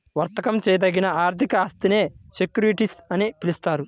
వర్తకం చేయదగిన ఆర్థిక ఆస్తినే సెక్యూరిటీస్ అని పిలుస్తారు